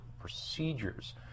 procedures